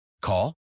Call